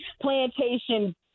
plantation